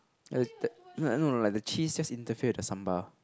as no like no no like the cheese just interfere with the sambal